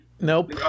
nope